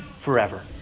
forever